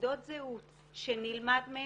תעודות זהות שנלמד מהם,